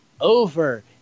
over